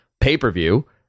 pay-per-view